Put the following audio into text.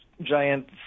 giant